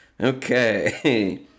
Okay